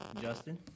Justin